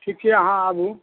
ठीक छियै अहाँ आबू